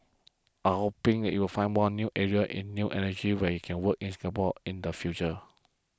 I'm hoping you will find more new areas in new energies we can what work in Singapore in the future